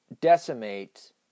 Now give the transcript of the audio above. decimate